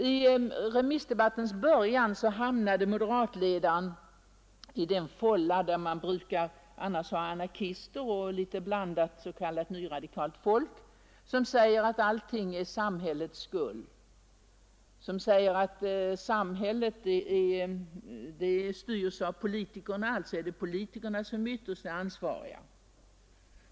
I remissdebattens början hamnade moderatledaren i den fålla där man annars brukar ha anarkister och litet blandat s.k. nyradikalt folk, som säger att allting är samhällets skuld, som säger att samhället styrs av politikerna och att det alltså är politikerna som ytterst är ansvariga.